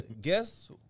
Guess